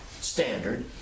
standard